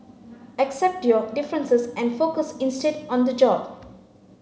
accept your differences and focus instead on the job